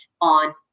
on